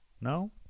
No